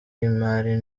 y’imari